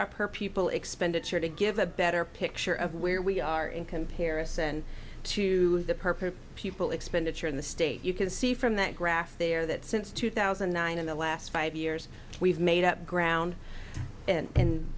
our per pupil expenditure to give a better picture of where we are in comparison to the purpose people expenditure in the state you can see from that graph there that since two thousand and nine in the last five years we've made up ground and